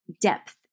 depth